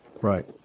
Right